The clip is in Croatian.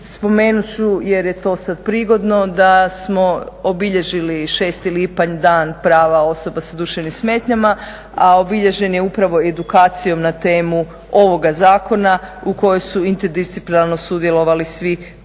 Spomenut ću jer je to sad prigodno, da smo obilježili 6. lipanj, Dan prava osoba sa duševnim smetnjama, a obilježen je upravo edukacijom na temu ovog zakona u kojoj su interdisciplinarno sudjelovali svi koji